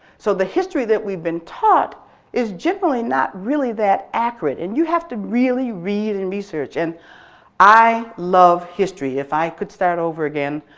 so the history that we've been taught is generally not really that accurate, and you have to really, really read and research and i love history. if i could start over again,